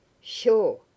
Sure